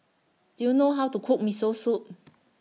Do YOU know How to Cook Miso Soup